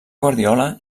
guardiola